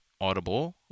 Audible